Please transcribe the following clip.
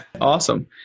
awesome